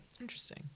Interesting